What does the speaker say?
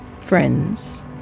friends